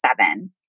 seven